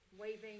waving